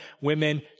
women